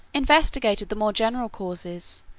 investigated the more general causes,